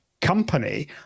company